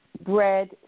bread